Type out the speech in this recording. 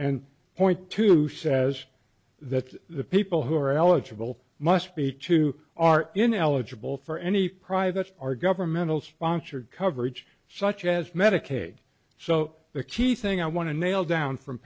and point two says that the people who are eligible must be to are ineligible for any private our governmental sponsored coverage such as medicaid so the key thing i want to nail down fro